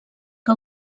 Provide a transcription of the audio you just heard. que